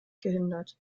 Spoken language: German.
gehindert